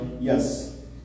yes